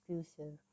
exclusive